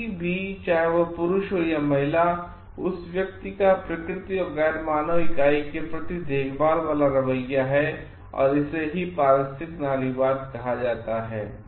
कोई भी चाहे वह पुरुष हो या महिला अगर उस व्यक्ति का प्रकृति और गैर मानव इकाई के प्रति देखभाल वाला रवैया है तो इसे पारिस्थितिक नारीवाद कहा जाता है